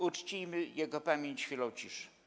Uczcijmy jego pamięć chwilą ciszy.